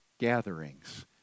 gatherings